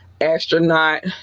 astronaut